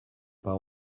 pas